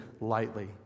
lightly